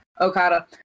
Okada